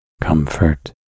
comfort